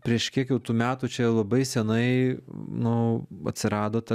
prieš kiek jau tų metų čia labai senai nu atsirado ta